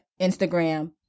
Instagram